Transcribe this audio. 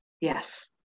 yes